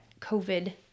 COVID